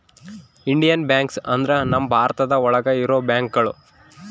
Indian banks ಅಂದ್ರ ನಮ್ ಭಾರತ ಒಳಗ ಇರೋ ಬ್ಯಾಂಕ್ಗಳು